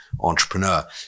entrepreneur